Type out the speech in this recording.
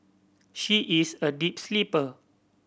she is a deep sleeper